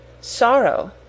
sorrow